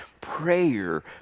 prayer